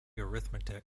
arithmetic